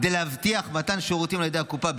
כדי להבטיח מתן שירותים על ידי הקופה,